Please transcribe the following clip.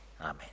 Amen